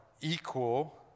equal